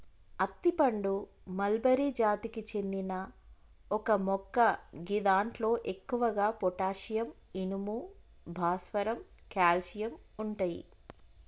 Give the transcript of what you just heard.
అత్తి పండు మల్బరి జాతికి చెందిన ఒక మొక్క గిదాంట్లో ఎక్కువగా పొటాషియం, ఇనుము, భాస్వరం, కాల్షియం ఉంటయి